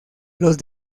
los